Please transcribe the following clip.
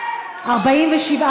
סעיפים 1 3